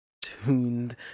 tuned